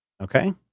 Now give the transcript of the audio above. Okay